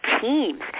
teams